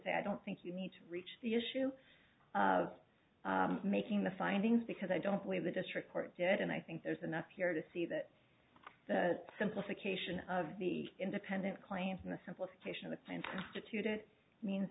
say i don't think you need to reach the issue of making the findings because i don't believe the district court did and i think there's enough here to see that the simplification of the independent claims and the simplification